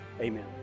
amen